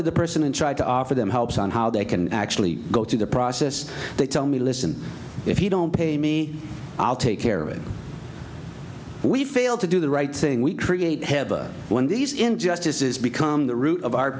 to the person and try to offer them helps on how they can actually go through the process they tell me listen if you don't pay me i'll take care of it we failed to do the right thing we create heaven when these injustices become the root of our